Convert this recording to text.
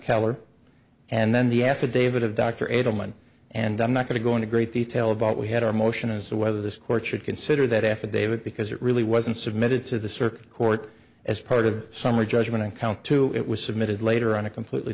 keller and then the affidavit of dr adelman and i'm not going to go into great detail about we had our motion as to whether this court should consider that affidavit because it really wasn't submitted to the circuit court as part of summary judgment on count two it was submitted later on a completely